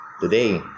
today